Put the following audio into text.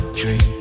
Dream